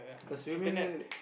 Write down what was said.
assuming